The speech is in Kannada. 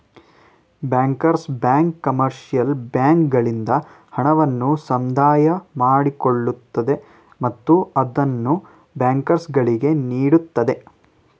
ಬ್ಯಾಂಕರ್ಸ್ ಬ್ಯಾಂಕ್ ಕಮರ್ಷಿಯಲ್ ಬ್ಯಾಂಕ್ಗಳಿಂದ ಹಣವನ್ನು ಸಂದಾಯ ಮಾಡಿಕೊಳ್ಳುತ್ತದೆ ಮತ್ತು ಅದನ್ನು ಬ್ಯಾಂಕುಗಳಿಗೆ ನೀಡುತ್ತದೆ